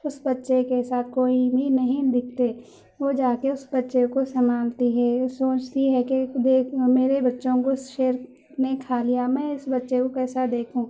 اس بچّے کے ساتھ کوئی بھی نہیں دکھتے وہ جا کے اس بچے کو سنبھالتی ہے وہ سوچتی ہے کہ دیکھ میرے بچّوں کو شیر نے کھا لیا میں اس بچے کو کیسا دیکھوں